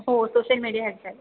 हो social media ह्याच्यात